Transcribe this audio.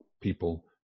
people